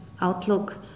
outlook